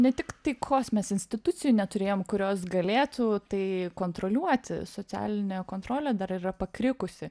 ne tik taikos mes institucijų neturėjom kurios galėtų tai kontroliuoti socialinė kontrolė dar yra pakrikusi